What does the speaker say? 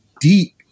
deep